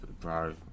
Bro